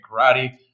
karate